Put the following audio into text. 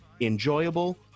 enjoyable